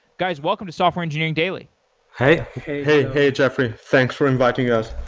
guys, welcome to software engineering daily hey, jeffrey. thanks for inviting us.